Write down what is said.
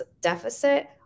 deficit